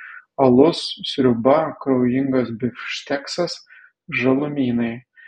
alus sriuba kraujingas bifšteksas žalumynai